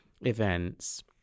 events